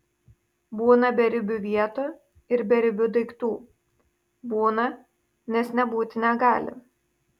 būna beribių vietų ir beribių daiktų būna nes nebūti negali